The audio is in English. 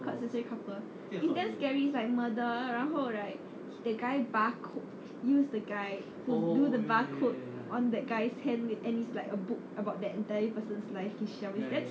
called sensory couple is damn scary is like murder 然后 like the guy bar code use the guy who do the bar code on that guy's hand and it's like a book about that person's entire life